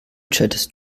chattest